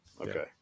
okay